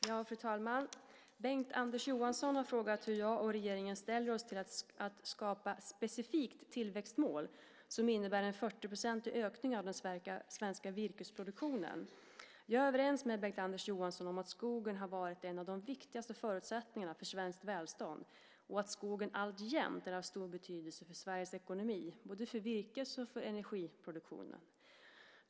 Fru talman! Bengt-Anders Johansson har frågat hur jag och regeringen ställer oss till att skapa specifikt tillväxtmål som innebär en 40-procentig ökning av den svenska virkesproduktionen. Jag är överens med Bengt-Anders Johansson om att skogen har varit en av de viktigaste förutsättningarna för svenskt välstånd och att skogen alltjämt är av stor betydelse för Sveriges ekonomi, både för virkes och för energiproduktion.